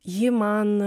ji man